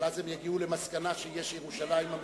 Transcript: אבל אז הם יגיעו למסקנה שיש ירושלים המזרחית.